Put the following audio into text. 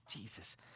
Jesus